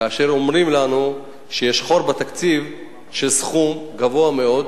כאשר אומרים לנו שיש חור בתקציב של סכום גבוה מאוד.